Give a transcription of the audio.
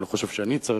אני לא חושב שאני צריך,